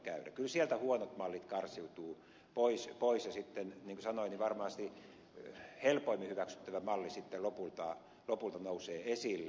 kyllä sieltä huonot mallit karsiutuvat pois ja niin kuin sanoin varmasti helpoimmin hyväksyttävä malli sitten lopulta nousee esille